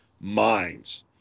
minds